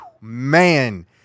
man